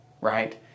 right